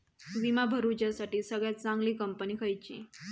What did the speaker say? विमा भरुच्यासाठी सगळयात चागंली कंपनी खयची?